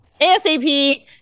ASAP